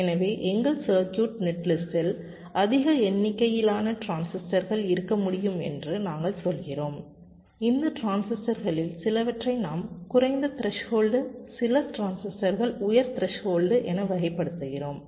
எனவே எங்கள் சர்க்யூட் நெட்லிஸ்ட்டில் அதிக எண்ணிக்கையிலான டிரான்சிஸ்டர்கள் இருக்க முடியும் என்று நாங்கள் சொல்கிறோம் இந்த டிரான்சிஸ்டர்களில் சிலவற்றை நாம் குறைந்த த்ரெஸ்ஹோல்டு சில டிரான்சிஸ்டர்கள் உயர் த்ரெஸ்ஹோல்டு என வகைப்படுத்துகிறோம்